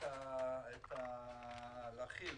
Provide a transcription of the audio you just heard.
להרחיב